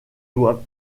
doivent